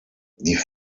die